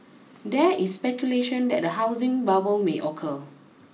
there is speculation that a housing bubble may occur